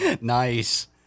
Nice